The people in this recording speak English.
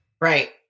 Right